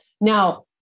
Now